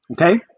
okay